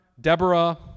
Deborah